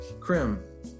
Krim